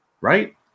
Right